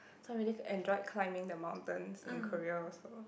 so I really enjoyed climbing the mountains in Korea also